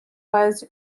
was